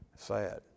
sad